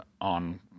on